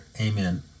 Amen